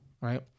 right